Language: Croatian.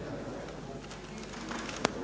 Hvala